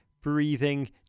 breathing